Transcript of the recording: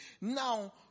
Now